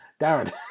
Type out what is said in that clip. Darren